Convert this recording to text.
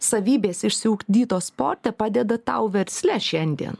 savybės išsiugdytos sporte padeda tau versle šiandien